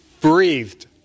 breathed